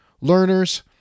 learners